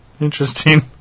interesting